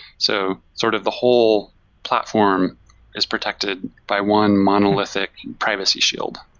so sort of the whole platform is protected by one monolithic privacy shield.